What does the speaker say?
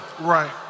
right